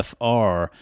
FR